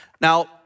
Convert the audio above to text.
Now